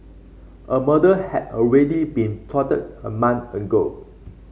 a murder had already been plotted a month ago